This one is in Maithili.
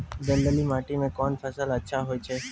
दलदली माटी म कोन फसल अच्छा होय छै?